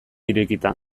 irekita